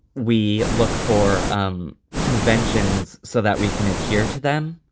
we look for um conventions so that we can adhere to them.